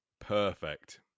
perfect